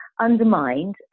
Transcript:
undermined